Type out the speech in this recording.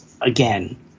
again